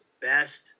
best